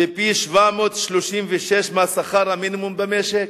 ופי-736 משכר המינימום במשק?